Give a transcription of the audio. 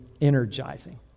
energizing